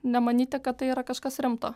nemanyti kad tai yra kažkas rimto